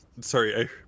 sorry